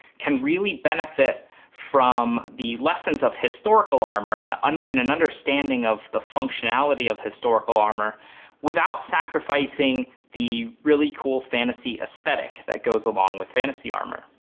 can really benefit from the lessons of historical armor and and and an understanding of the functionality of historical armor without sacrificing the really cool fantasy aesthetic that goes along with fantasy armor.